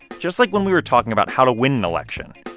just like when we were talking about how to win an election,